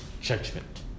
judgment